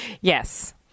Yes